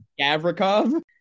Gavrikov